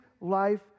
life